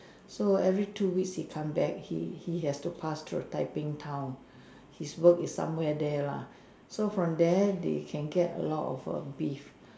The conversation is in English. so every two weeks he come back he he has to pass through a typing town his work is somewhere there lah so from there they can get a lot of err beef